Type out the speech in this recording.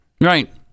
right